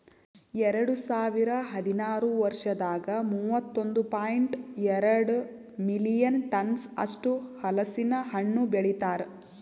ಎರಡು ಸಾವಿರ ಹದಿನಾರು ವರ್ಷದಾಗ್ ಮೂವತ್ತೊಂದು ಪಾಯಿಂಟ್ ಎರಡ್ ಮಿಲಿಯನ್ ಟನ್ಸ್ ಅಷ್ಟು ಹಲಸಿನ ಹಣ್ಣು ಬೆಳಿತಾರ್